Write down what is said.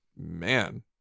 man